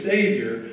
Savior